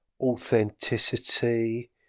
authenticity